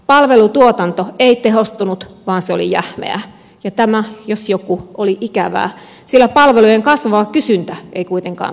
palvelutuotanto ei tehostunut vaan se oli jähmeää ja tämä jos mikä oli ikävää sillä palvelujen kasvava kysyntä ei kuitenkaan vähentynyt